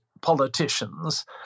politicians